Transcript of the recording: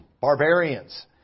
Barbarians